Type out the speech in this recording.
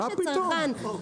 מה פתאום.